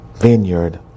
Vineyard